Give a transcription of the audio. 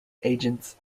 agents